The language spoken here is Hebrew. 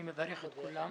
אני מברך את כולם.